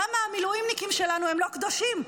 למה המילואימניקים שלנו לא קדושים,